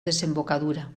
desembocadura